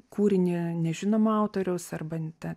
kūrinį nežinomo autoriaus ar ten